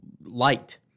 light